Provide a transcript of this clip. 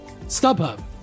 StubHub